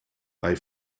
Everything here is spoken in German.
bei